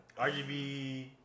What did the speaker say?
rgb